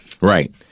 Right